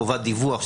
חובת דיווח,